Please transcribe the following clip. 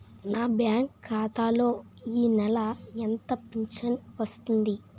నా బ్యాంక్ ఖాతా లో ఈ నెల ఎంత ఫించను వచ్చింది?